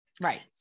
Right